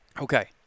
Okay